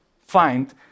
find